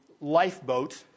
lifeboat